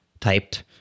typed